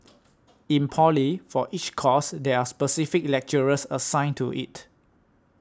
in poly for each course there are specific lecturers assigned to it